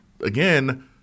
again